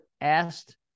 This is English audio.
asked